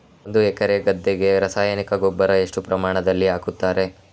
ಒಂದು ಎಕರೆ ಗದ್ದೆಗೆ ರಾಸಾಯನಿಕ ರಸಗೊಬ್ಬರ ಎಷ್ಟು ಪ್ರಮಾಣದಲ್ಲಿ ಹಾಕುತ್ತಾರೆ?